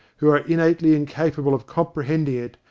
who are innately incapable of comprehending it,